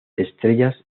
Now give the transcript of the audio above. estrellas